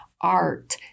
art